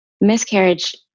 Miscarriage